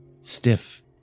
stiff